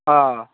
অ